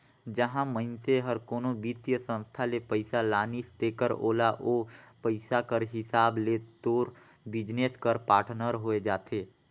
जहां मइनसे हर कोनो बित्तीय संस्था ले पइसा लानिस तेकर ओला ओ पइसा कर हिसाब ले तोर बिजनेस कर पाटनर होए जाथे